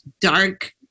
dark